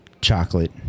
chocolate